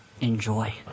enjoy